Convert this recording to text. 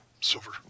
silver